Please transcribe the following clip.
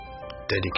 dedicate